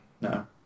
No